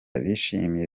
bishimiye